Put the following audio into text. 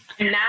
now